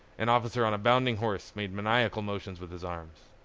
an officer on a bounding horse made maniacal motions with his arms.